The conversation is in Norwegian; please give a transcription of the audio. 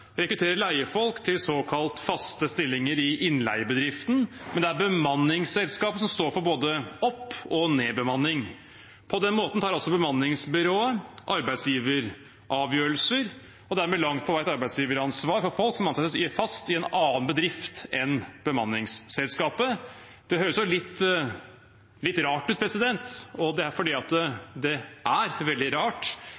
rekrutterer leiefolk til såkalt faste stillinger i innleiebedriften, men det er bemanningsselskapet som står for både opp- og nedbemanning. På den måten tar bemanningsbyrået arbeidsgiveravgjørelser og dermed langt på vei et arbeidsgiveransvar for folk som ansettes fast i en annen bedrift enn bemanningsselskapet. Det høres litt rart ut. Det er fordi det er